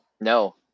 No